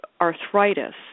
arthritis